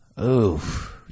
Oof